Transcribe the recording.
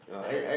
I don't know